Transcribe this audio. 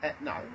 No